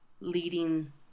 leading